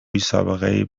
بیسابقهای